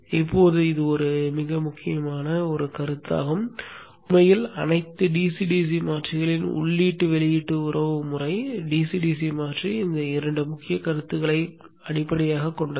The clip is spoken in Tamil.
இப்போது இது ஒரு மிக முக்கியமான கருத்தாகும் உண்மையில் அனைத்து DC DC மாற்றிகளின் உள்ளீட்டு வெளியீட்டு உறவுமுறை DC DC மாற்றி இந்த இரண்டு முக்கிய கருத்துகளை அடிப்படையாகக் கொண்டது